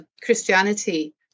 Christianity